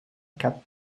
cap